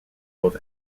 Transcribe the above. both